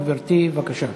גברתי, בבקשה.